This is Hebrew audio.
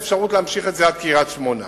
האפשרות להמשיך את זה עד קריית-שמונה.